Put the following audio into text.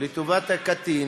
לטובת הקטין